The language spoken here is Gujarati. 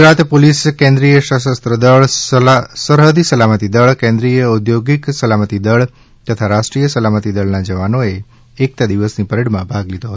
ગુજરાત પોલીસ કેન્દ્રિય સશસ્ત્ર દળ સરહદ સલામતી દળ કેન્દ્રિય ઔદ્યોગિક સલામતી દળ તથા રાષ્ટ્રીય સલામતી દળના જવાનોએ એકતા દિવસની પરેડમાં ભાગ લીધો હતો